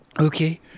Okay